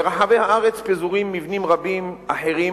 ברחבי הארץ פזורים מבנים רבים אחרים